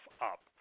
up